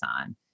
on